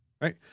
Right